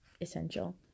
essential